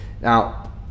Now